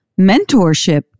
mentorship